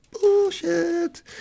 Bullshit